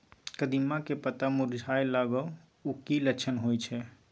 कदिम्मा के पत्ता मुरझाय लागल उ कि लक्षण होय छै?